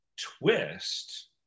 twist